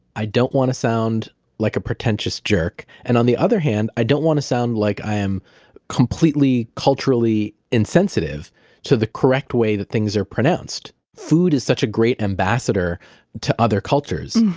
i don't want to sound like a pretentious jerk, and on the other hand, i don't want to sound like i am completely culturally insensitive to the correct way that things are pronounced. food is such a great ambassador to other cultures,